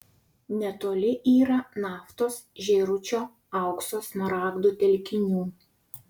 netoli yra naftos žėručio aukso smaragdų telkinių